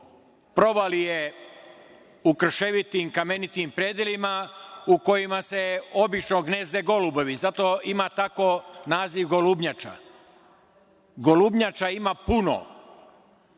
provalije u krševitim, kamenitim predelima, u kojima se obično gnezde golubovi, zato i ima naziv golubnjača. Golubnjača ima puno.